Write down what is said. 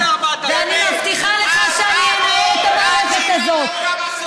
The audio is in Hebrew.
4000. ואני מבטיחה לך שאני אנער את המערכת הזאת.